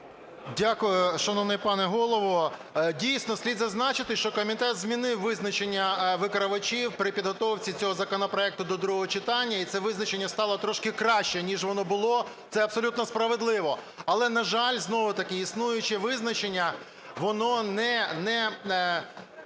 Дякую, шановний пане Голово! Дійсно, слід зазначити, що комітет змінив визначення викривачів при підготовці цього законопроекту до другого читання, і це визначення стало трошки краще, ніж воно було, це абсолютно справедливо. Але, на жаль, знову-таки існуюче визначення, воно